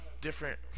different –